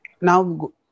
now